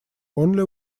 only